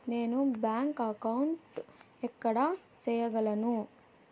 నేను bank account ఎక్కడ సేయగలను